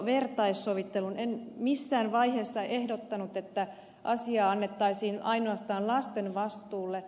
en missään vaiheessa ehdottanut että asia annettaisiin ainoastaan lasten vastuulle